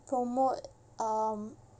promote um